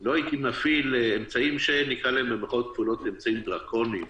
לא הייתי מפעיל אמצעים שנקרא לכם: אמצעים דרקוניים,